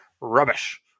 rubbish